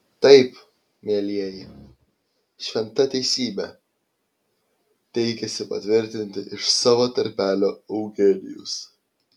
taip mielieji šventa teisybė teikėsi patvirtinti iš savo tarpelio eugenijus